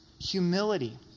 Humility